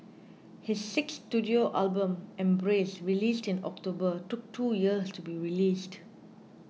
his sixth studio album Embrace released in October took two years to be released